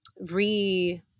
re-